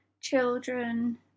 children